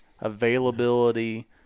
availability